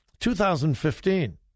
2015